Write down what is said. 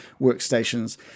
workstations